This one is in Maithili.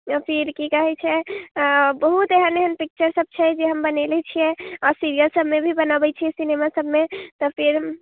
फिर की कहै है आँ बहुत एहन एहन पिक्चर सब छै जे हम बनेने छियै आ सीरियल सब मे भी बनऽबै छियै सिनेमा सबमे तऽ फेर